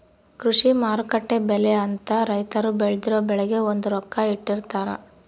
ಕೃಷಿ ಮಾರುಕಟ್ಟೆ ಬೆಲೆ ಅಂತ ರೈತರು ಬೆಳ್ದಿರೊ ಬೆಳೆಗೆ ಒಂದು ರೊಕ್ಕ ಇಟ್ಟಿರ್ತಾರ